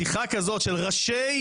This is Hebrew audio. שיחה כזאת של ראשי